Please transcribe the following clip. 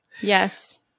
Yes